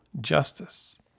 justice